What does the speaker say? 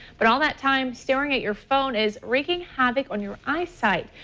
but all that time staring at your phone is wreaking havoc on your eyesight.